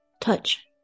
touch